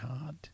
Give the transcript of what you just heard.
hard